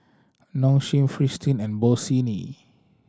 Nong Shim Fristine and Bossini